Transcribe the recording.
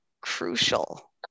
crucial